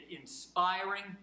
inspiring